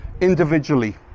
individually